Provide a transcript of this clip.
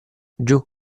giù